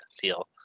feel